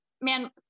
man